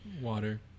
Water